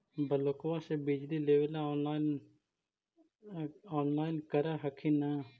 ब्लोक्बा से बिजबा लेबेले ऑनलाइन ऑनलाईन कर हखिन न?